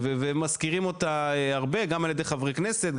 ומזכירים אותה הרבה גם על ידי חברי כנסת,